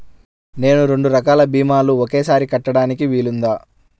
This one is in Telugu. నేను రెండు రకాల భీమాలు ఒకేసారి కట్టడానికి వీలుందా?